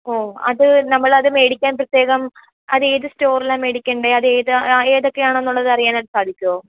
ഓ അത് നമ്മളും മേടിക്കാൻ പ്രത്യേകം അത് ഏത് സ്റ്റോറിലാ മേടിക്കേണ്ടത് അത് ഏതൊക്കെയാണെന്ന് അറിയാനായിട്ട് സാധിക്കുമോ